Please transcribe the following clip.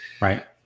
Right